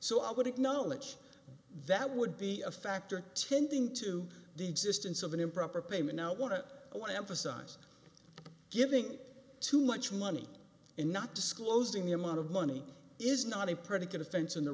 so i would acknowledge that would be a factor tending to the existence of an improper payment what i want to emphasize giving too much money and not disclosing the amount of money is not a predicate offense in the